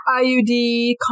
IUD